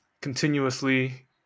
continuously